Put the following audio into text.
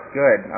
good